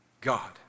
God